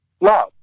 Love